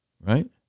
right